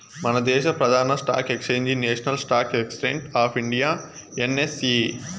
మనదేశ ప్రదాన stock exchange national stock exchange of India NSE